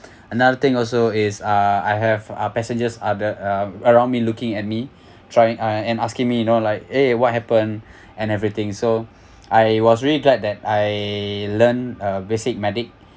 another thing also is uh I have uh passengers other uh around me looking at me trying uh and asking me you know like eh what happen and everything so I was really glad that I learn uh basic medic